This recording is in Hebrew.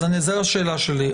זו לא השאלה שלי.